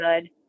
good